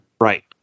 right